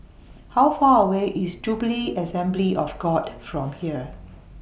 How Far away IS Jubilee Assembly of God from here